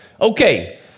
Okay